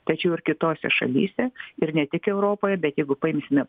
tačiau ir kitose šalyse ir ne tik europoje bet jeigu paimsime